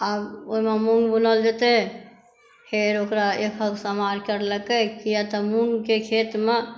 आब ओहिमे मूँग बुनल जेतै फेर ओकरा एक एक चाॅंस करलकै किया तऽ मूँगक खेतमे